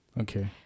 Okay